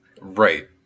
Right